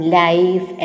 life